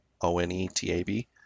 O-N-E-T-A-B